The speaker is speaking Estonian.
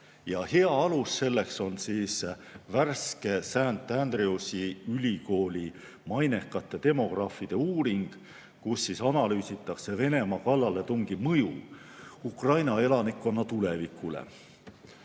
Ja hea alus selleks on värske St Andrewsi Ülikooli mainekate demograafide uuring, kus analüüsitakse Venemaa kallaletungi mõju Ukraina elanikkonna tulevikule. Kõik